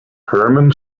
hermann